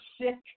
sick